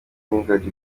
n’ingagi